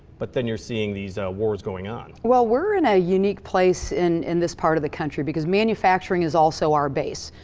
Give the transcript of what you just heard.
but then you're seeing these wars going on. well, we're in a unique place in in this part of the country, because manufacturing is also our base.